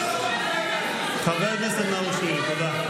קריאות: חבר הכנסת נאור שירי, תודה.